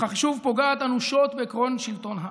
בכך היא שוב פוגעת אנושות בעקרון שלטון העם.